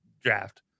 draft